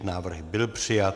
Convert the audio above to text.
Návrh byl přijat.